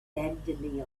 dandelion